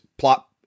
Plot